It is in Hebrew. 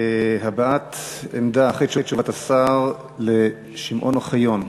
הבעת עמדה אחרי תשובת השר לשמעון אוחיון.